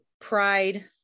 Pride